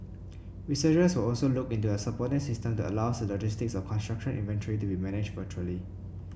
researchers will also look into a supporting system that allows the logistics of construction inventory to be managed virtually